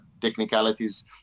technicalities